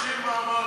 תקשיב מה אמרתי,